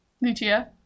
Lucia